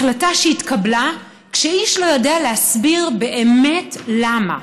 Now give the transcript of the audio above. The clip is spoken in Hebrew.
החלטה שהתקבלה כשאיש לא יודע להסביר באמת למה.